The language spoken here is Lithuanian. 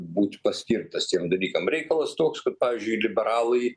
būti paskirtas tiem dalykam reikalas toks kad pavyzdžiui liberalai